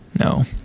No